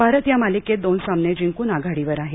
भारत या मालिकेत दोन सामने जिंकून आघाडीवर आहे